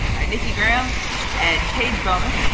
by nikki graham and paige bowman.